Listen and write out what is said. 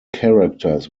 characters